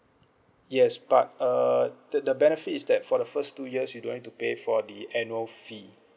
yes but uh the the benefit is that for the first two years you don't need to pay for the annual fee